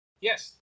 yes